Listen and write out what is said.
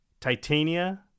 titania